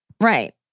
Right